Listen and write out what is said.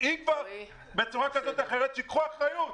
אז שייקחו אחריות.